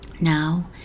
Now